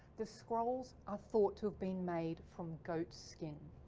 the scrolls are thought to have been made from goat's skin.